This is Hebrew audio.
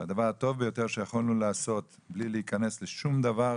והדבר הטוב ביותר שיכולנו לעשות בלי להיכנס לשום דבר